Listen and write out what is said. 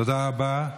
תודה רבה.